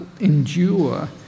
endure